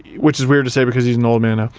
which is weird to say because he's an old man ah